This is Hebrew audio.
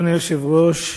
אדוני היושב-ראש,